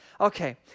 Okay